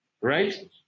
right